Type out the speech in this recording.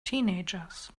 teenagers